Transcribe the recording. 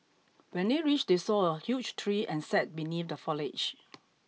when they reached they saw a huge tree and sat beneath the foliage